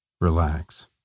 relax